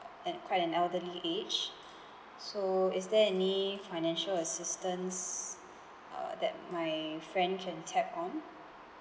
at quite an elderly age so is there any financial assistance err that my friend can tap on